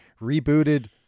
rebooted